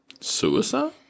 Suicide